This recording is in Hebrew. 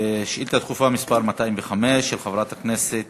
שאילתה דחופה מס' 205 של חברת הכנסת